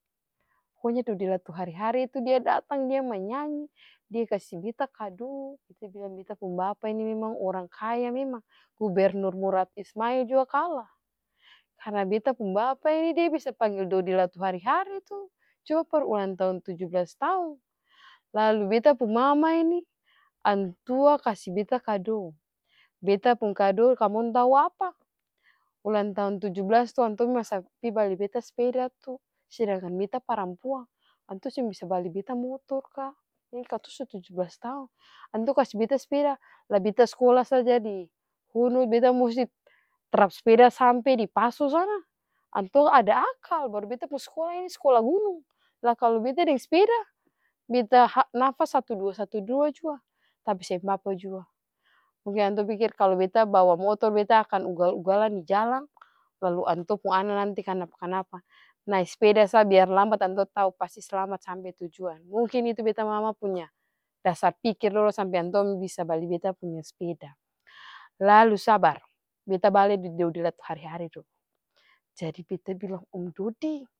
Pokonya dody latuharihari itu dia datang dia manyanyi, dia kasi beta kado, beta bilang beta pung bapa ini memang orang kaya memang, gubernur murat ismail jua kala karna beta pung bapa ini dia bisa panggel dody latuharhari tuh cuma par ulang tahun tuju blas taong, lalu beta pung mama ini antua kasi beta kado, beta pung kado kamong tau apa ulang tahun tuju blas to pi bali beta speda tuh, sedangkan beta parampuang antua seng bisa bali beta motor ka ini katong su tuju blas taong antua kasi beta speda lah beta sa skola di hunuth beta musti trap speda sampe di passo sana antua ada akal baru beta pung skola ini skola gunung lah kalu beta deng speda beta napas satu dua satu dua jua tapi seng apa-apa jua mungkin antua pikir kalu beta bawa motor beta akan ugal-ugalan di jalang lalu antua pung ana nanti kanapa kanapa nae speda sa biar lambat antua tau pasti slamat sampe tujuan, mungkin itu beta mama punya dasar pikir dolo sampe antua bisa bali beta punya speda lalu sabar beta bale di dody latuharihari dolo, jadi beta bilang om dody.